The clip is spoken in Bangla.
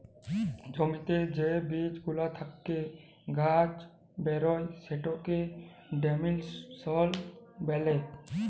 জ্যমিতে যে বীজ গুলা থেক্যে গাছ বেরয় সেটাকে জেমিনাসল ব্যলে